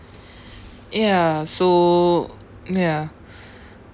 ya so ya